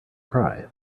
cry